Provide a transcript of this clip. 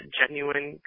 genuine